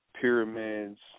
pyramids